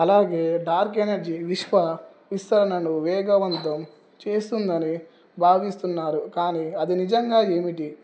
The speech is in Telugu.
అలాగే డార్క్ ఎనర్జీ విశ్వ విస్తరణను వేగవంతం చేస్తుందని భావిస్తున్నారు కానీ అది నిజంగా ఏమిటి